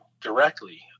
directly